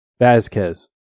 Vazquez